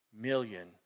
million